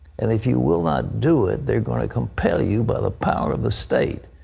and if you will not do it, they are going to compel you by the power of the state.